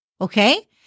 Okay